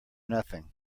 nothing